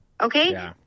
Okay